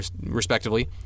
respectively